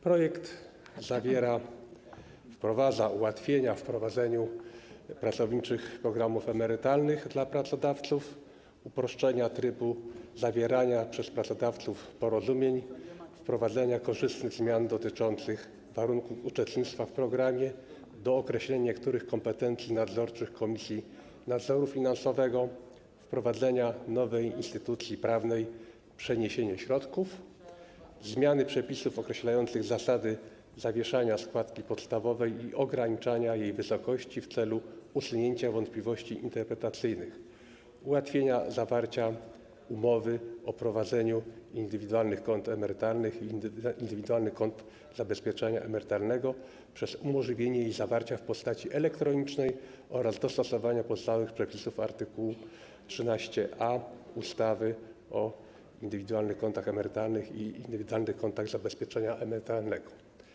Projekt ma na celu wprowadzenie ułatwień w prowadzeniu pracowniczych programów emerytalnych dla pracodawców, uproszczenie trybu zawierania przez pracodawców porozumień, wprowadzenie korzystnych zmian dotyczących warunków uczestnictwa w programie, dookreślenie niektórych kompetencji nadzoru finansowego, wprowadzenie nowej instytucji prawnej: przeniesienie środków, zmianę przepisów określających zasady zawieszania składki podstawowej i ograniczania jej wysokości w celu usunięcia wątpliwości interpretacyjnych, ułatwienie zawierania umów o prowadzenie indywidualnych kont emerytalnych i indywidualnych kont zabezpieczenia emerytalnego przez umożliwienie ich zawierania w postaci elektronicznej oraz dostosowanie pozostałych przepisów art. 13a ustawy o indywidualnych kontach emerytalnych i indywidualnych kontach zabezpieczenia emerytalnego.